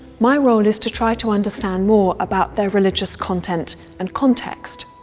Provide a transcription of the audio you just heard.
my role is to try to understand more about their religious content and context.